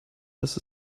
dass